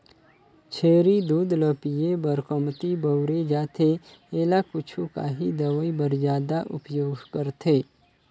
छेरी दूद ल पिए बर कमती बउरे जाथे एला कुछु काही दवई बर जादा उपयोग करथे